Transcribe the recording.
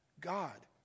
God